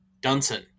Dunson